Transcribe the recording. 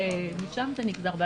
משם זה נגזר,